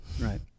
Right